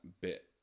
bit